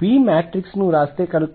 p matrix ను వ్రాస్తే కనుక